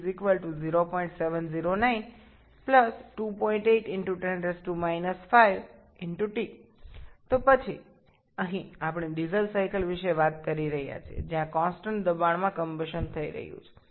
এখন CV দেওয়া আছে যে 𝐶𝑣 0709 28 × 10−5 𝑇 তারপরে এখানে আমরা ডিজেল চক্র সম্পর্কে কথা বলছি যেখানে স্থির চাপে দহন সম্পন্ন হয়